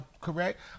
correct